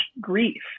grief